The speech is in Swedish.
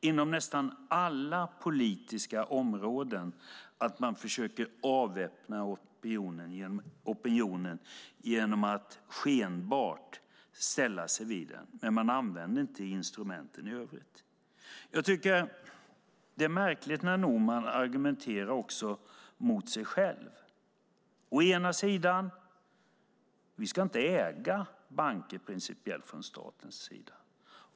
Inom nästan alla politiska områden försöker man avväpna opinionen genom att skenbart ställa sig vid den. Men man använder inte instrumenten i övrigt. Det är märkligt när Norman argumenterar mot sig själv. Å ena sidan: Vi ska inte äga banker principiellt från statens sida.